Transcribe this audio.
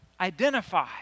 identify